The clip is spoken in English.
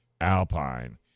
alpine